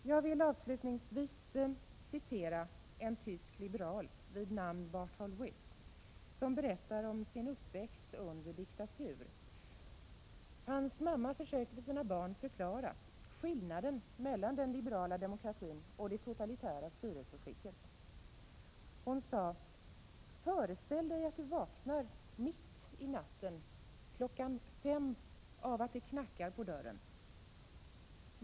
Jag vill avslutningsvis citera en tysk liberal vid namn Barthold Witte som berättar om sin uppväxt under diktatur. Hans mamma försökte för sina barn förklara skillnaden mellan den liberala demokratin och det totalitära styrelseskicket. Hon sade: Föreställ dig att du vaknar mitt i natten, klockan fem, av att det knackar på dörren.